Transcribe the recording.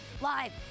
live